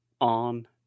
on